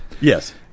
Yes